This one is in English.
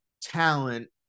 talent